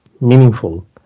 meaningful